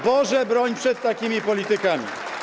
Boże broń przed takimi politykami.